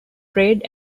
trade